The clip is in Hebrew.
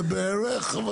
תן לנו תשובה כן בערך.